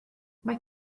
mae